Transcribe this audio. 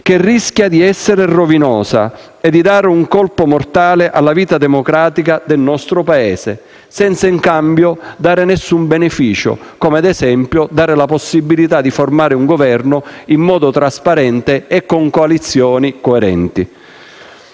che rischia di essere rovinosa e di dare un colpo mortale alla vita democratica del nostro Paese, senza in cambio dare nessun beneficio, come, ad esempio, dare la possibilità di formare un Governo in modo trasparente e con coalizioni coerenti.